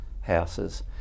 houses